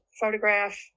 photograph